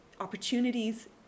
opportunities